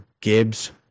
Gibbs